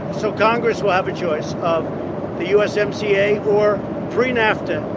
so congress will have a choice of the usmca or pre-nafta,